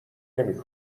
نمی